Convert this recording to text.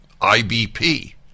IBP